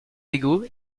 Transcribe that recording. égaux